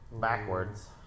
backwards